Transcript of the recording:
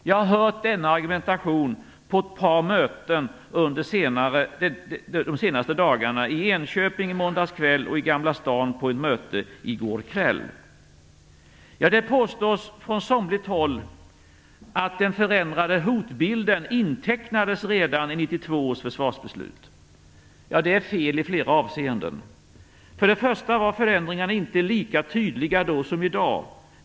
Jag har hört denna argumentation på ett par möten under de senaste dagarna - i Enköping i måndags kväll och i Gamla stan på ett möte i går kväll. Det påstås från somligt håll att den förändrade hotbilden intecknades redan i 1992 års försvarsbeslut. Det är fel i flera avseenden. För det första var förändringarna inte lika tydliga då som i dag.